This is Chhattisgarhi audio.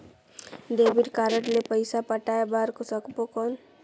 डेबिट कारड ले पइसा पटाय बार सकबो कौन?